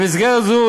במסגרת זו,